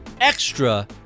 extra